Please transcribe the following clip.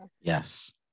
Yes